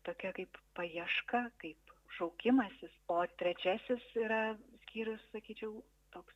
tokia kaip paieška kaip šaukimasis o trečiasis yra skyrius sakyčiau toks